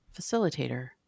facilitator